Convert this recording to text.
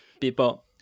People